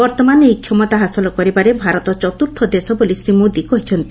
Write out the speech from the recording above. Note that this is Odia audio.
ବର୍ତ୍ତମାନ ଏହି କ୍ଷମତା ହାସଲ କରିବାରେ ଭାରତ ଚତ୍ରର୍ଥ ଦେଶ ବୋଲି ଶ୍ରୀ ମୋଦି କହିଛନ୍ତି